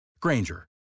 Granger